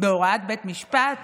בהוראת בית משפט